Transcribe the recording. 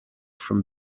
from